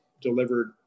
delivered